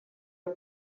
are